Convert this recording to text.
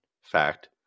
fact